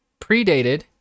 predated